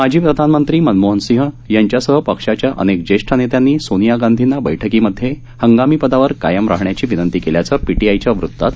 माजी प्रधानमंत्री मनमोहनसिंह यांच्यासह पक्षाच्या अनेक ज्येष्ठ नेत्यांनी सोनिया गांधींना बैठकीमधे हंगामी पदावर कायम राहण्याची विनंती केल्याचं पीटीआयच्या वृत्तात म्हटलं आहे